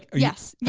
yes,